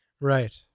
Right